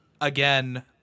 again